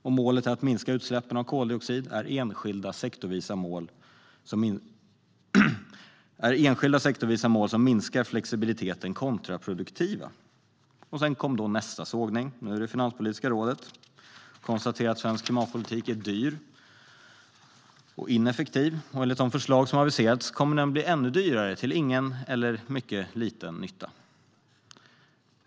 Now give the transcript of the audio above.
Om målet är att minska utsläppen av koldioxid är enskilda sektorsvisa mål som minskar flexibiliteten kontraproduktiva. Sedan kom nästa sågning, denna gång från Finanspolitiska rådet, som konstaterar att svensk klimatpolitik är dyr och ineffektiv. Enligt de förslag som aviserats kommer att bli ännu dyrare till ingen eller mycket liten nytta.